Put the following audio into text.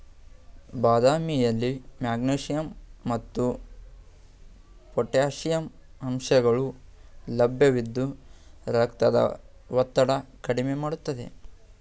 ಬಾದಾಮಿಯಲ್ಲಿ ಮೆಗ್ನೀಷಿಯಂ ಮತ್ತು ಪೊಟ್ಯಾಷಿಯಂ ಅಂಶಗಳು ಲಭ್ಯವಿದ್ದು ರಕ್ತದ ಒತ್ತಡ ಕಡ್ಮೆ ಮಾಡ್ತದೆ